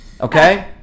okay